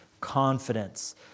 confidence